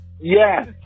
Yes